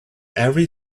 every